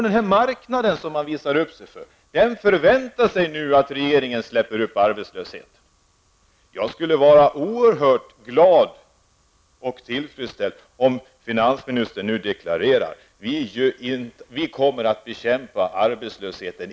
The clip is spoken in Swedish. Den marknad som regeringen visar upp sig för förväntar sig nu att regeringen släpper upp arbetslösheten. Jag skulle bli oerhört glad och tillfredsställd om finansministern nu deklarerade att regeringen i varje led kommer att bekämpa arbetslösheten.